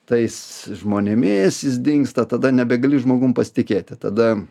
tais žmonėmis jis dingsta tada nebegali žmogum pasitikėti tada